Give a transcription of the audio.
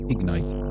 Ignite